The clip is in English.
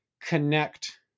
connect